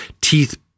Teeth